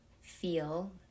feel